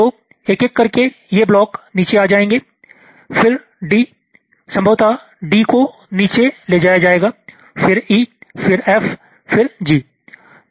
तो एक एक करके ये ब्लॉक नीचे आ जाएंगे फिर D संभवतः D को नीचे ले जाया जाएगा फिर E फिर F फिर G